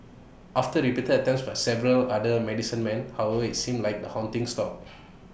after repeated attempts by several other medicine men however IT seemed like the haunting stopped